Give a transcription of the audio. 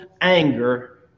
anger